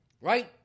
right